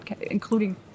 including